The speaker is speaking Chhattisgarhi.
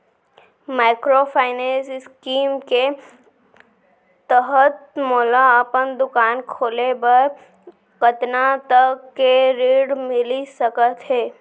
माइक्रोफाइनेंस स्कीम के तहत मोला अपन दुकान खोले बर कतना तक के ऋण मिलिस सकत हे?